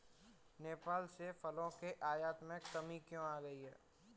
नेपाल से फलों के आयात में कमी क्यों आ गई?